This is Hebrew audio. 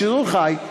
בשידור חי,